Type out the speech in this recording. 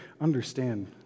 understand